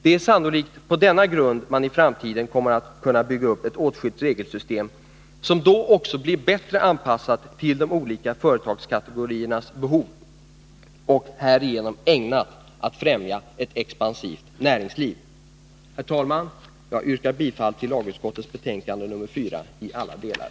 Det är sannolikt på denna grund man i framtiden kommer att kunna bygga upp ett åtskilt regelsystem, som då också blir bättre anpassat till de olika företagskategoriernas behov och härigenom ägnat att främja ett expansivt näringsliv. Herr talman! Jag yrkar bifall till lagutskottets betänkande nr 4 i alla delar.